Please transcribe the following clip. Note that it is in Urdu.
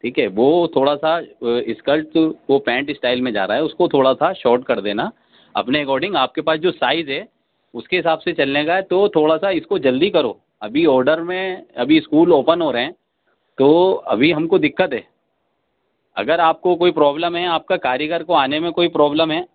ٹھیک ہے وہ تھوڑا سا اسکلٹ کو پینٹ اسٹائل میں جا رہا ہے اُس کو تھوڑا سا شارٹ کر دینا اپنے اکارڈنگ آپ کے پاس جو سائز ہے اُس کے حساب سے چلنے کا ہے تو تھوڑا سا اِس کو جلدی کرو ابھی آرڈر میں ابھی اسکول اوپن ہو رہے ہیں تو ابھی ہم کو دقت ہے اگر آپ کو کوئی پروبلم ہے آپ کا کاریگر کو آنے میں کوئی پروبلم ہے